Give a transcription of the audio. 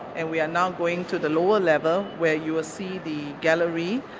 and we are now going to the lower level, where you will see the gallery,